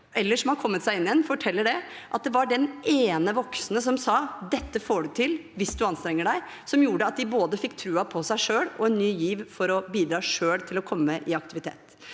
eller som har kommet seg inn igjen, forteller at det var den ene voksne som sa at de fikk til dette hvis de anstrengte seg, som gjorde at de fikk både troen på seg selv og en ny giv til selv å bidra til å komme i aktivitet.